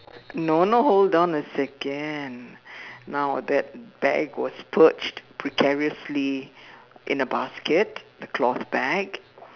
no no hold on a second now that bag was perched precariously in a basket a cloth bag